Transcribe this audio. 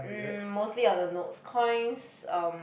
um mostly all the notes coins um